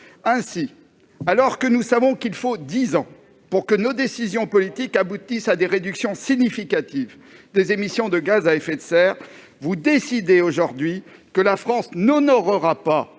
Ainsi, alors que nous savons qu'il faut dix ans pour que nos décisions politiques aboutissent à des réductions significatives des émissions de gaz à effet de serre, vous décidez aujourd'hui que la France n'honorera en